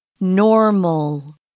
normal